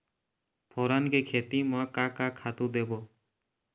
फोरन के खेती म का का खातू देबो?